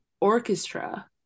orchestra